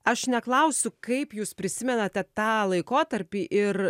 aš neklausiu kaip jūs prisimenate tą laikotarpį ir